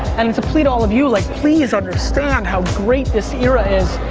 and it's a plea to all of you, like please understand how great this era is,